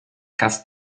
cast